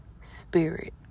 Spirit